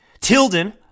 Tilden